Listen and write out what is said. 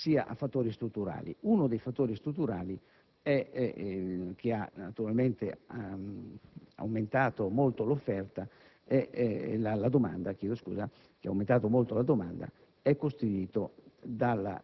in particolare climatici, sia a fattori strutturali. Uno dei fattori strutturali, che ha provocato un notevole